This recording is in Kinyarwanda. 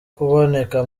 kuboneka